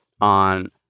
on